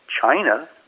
China